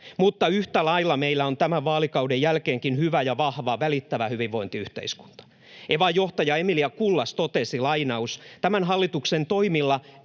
Mutta yhtä lailla meillä on tämän vaalikauden jälkeenkin hyvä, vahva ja välittävä hyvinvointiyhteiskunta. Evan johtaja Emilia Kullas totesi: ”Tämän hallituksen toimilla